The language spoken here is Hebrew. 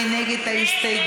מי נגד ההסתייגות?